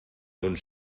uns